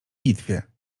bitwie